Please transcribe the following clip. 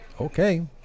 Okay